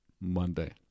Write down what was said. Monday